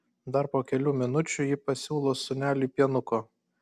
dar po kelių minučių ji pasiūlo sūneliui pienuko